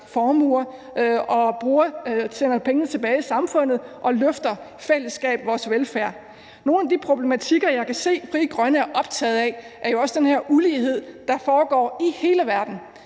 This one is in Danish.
formuer og sender penge tilbage i samfundet og i fællesskab løfter vores velfærd. Nogle af de problematikker, jeg kan se at Frie Grønne er optaget af, er jo også den her ulighed, der foregår i hele verden.